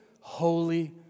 holy